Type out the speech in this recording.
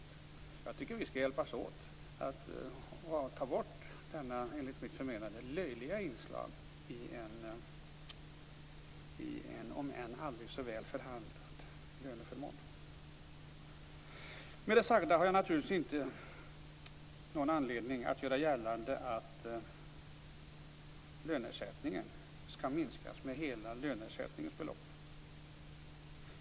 Jag tycker att vi skall hjälpas åt med att ta bort detta, enligt mitt förmenande, löjliga inslag i en, om än aldrig så väl förhandlad, löneförmån. Med det sagda har jag naturligtvis inte någon anledning att göra gällande att löneersättningen skall minskas med hela löneersättningens belopp.